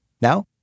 Now